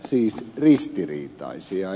siis ristiriitaisia